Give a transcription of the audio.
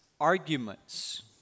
Arguments